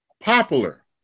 popular